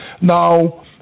Now